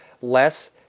less